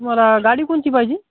तुम्हाला गाडी कोणती पाहिजे